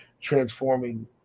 transforming